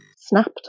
snapped